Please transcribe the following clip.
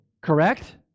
correct